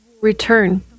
return